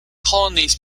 colonies